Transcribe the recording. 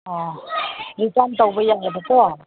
ꯑꯣ ꯔꯤꯇꯟ ꯇꯧꯕ ꯌꯥꯏꯑꯦꯕꯀꯣ